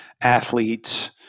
athletes